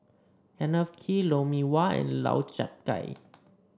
Kenneth Kee Lou Mee Wah and Lau Chiap Khai